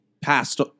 passed